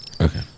Okay